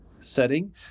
setting